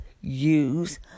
use